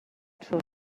tro